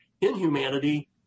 inhumanity